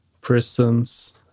prisons